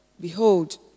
Behold